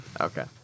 Okay